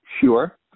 Sure